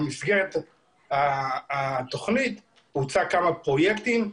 במסגרת התוכנית הוצעו כמה פרויקטים.